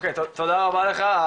תודה רבה לך,